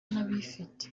n’abifite